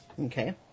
Okay